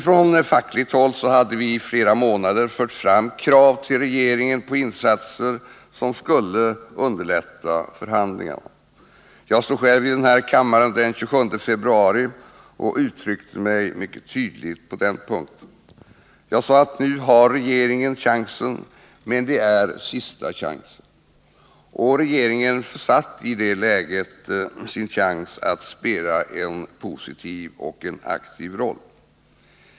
Från fackligt håll hade vi i flera månader fört fram krav till regeringen på insatser som skulle underlätta förhandlingarna. Jag stod själv i denna kammare den 27 februari och uttryckte mig mycket tydligt på den punkten. Jag sade att nu hade regeringen chansen men att det var sista chansen. Regeringen försatt i det läget sin chans att spela en positiv och aktiv roll.